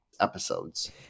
episodes